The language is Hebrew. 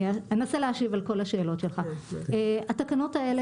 כמו שנאמר כאן לפניי, התקנות האלה